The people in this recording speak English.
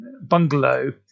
bungalow